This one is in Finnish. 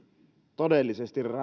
todellisesti